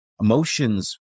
emotions